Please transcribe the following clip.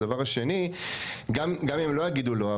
והדבר השני גם אם לא יגידו לא,